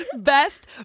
Best